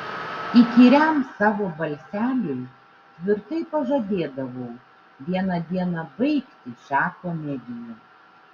įkyriam savo balseliui tvirtai pažadėdavau vieną dieną baigti šią komediją